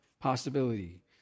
possibility